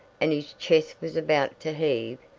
and his chest was about to heave,